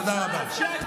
תודה רבה.